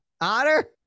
Otter